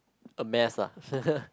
a mess lah